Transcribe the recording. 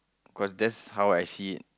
cause that's how I see it